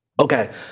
Okay